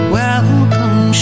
welcome